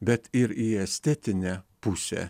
bet ir į estetinę pusę